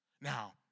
Now